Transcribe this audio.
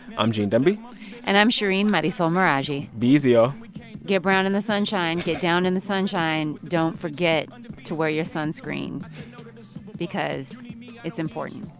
i'm gene demby and i'm shereen marisol meraji be easy, y'all ah get brown in the sunshine. get down in the sunshine. don't forget to wear your sunscreen because it's important